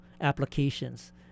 applications